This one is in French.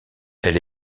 elle